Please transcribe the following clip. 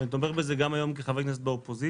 ואני תומך בזה גם היום כחבר כנסת באופוזיציה.